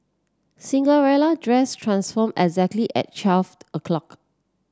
Cinderella dress transformed exactly at twelve o'clock